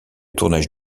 tournage